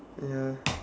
ya